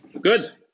Good